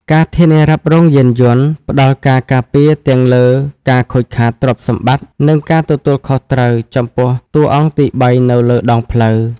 ការធានារ៉ាប់រងយានយន្ត ផ្ដល់ការការពារទាំងលើការខូចខាតទ្រព្យសម្បត្តិ និងការទទួលខុសត្រូវចំពោះតួអង្គទីបីនៅលើដងផ្លូវ។